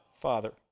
Father